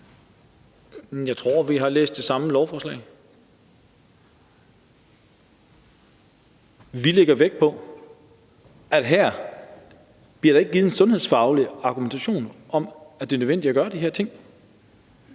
Jeg tror, vi har læst det samme lovforslag. Vi lægger vægt på, at der her ikke bliver givet en sundhedsfaglig argumentation om, at det er nødvendigt at gøre de her ting.